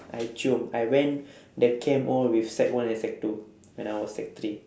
I chiong I went the camp all with sec one and sec two when I was sec three